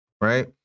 right